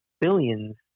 Billions